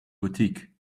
boutique